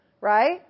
right